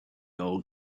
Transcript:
old